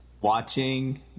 watching